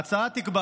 ההצעה תקבע